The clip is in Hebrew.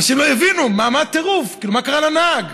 אנשים לא הבינו מה הטירוף, מה קרה לנהג.